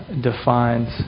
defines